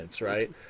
right